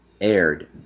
aired